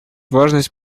важность